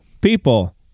people